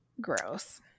Gross